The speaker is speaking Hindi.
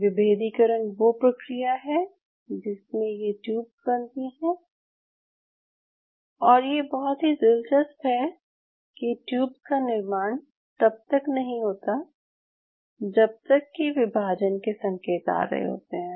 विभेदीकरण वो प्रक्रिया है जिसमे ये ट्यूब्स बनती हैं और ये बहुत ही दिलचस्प है कि ट्यूब्स का निर्माण तब तक नहीं होता जब तक कि विभाजन के संकेत आ रहे होते हैं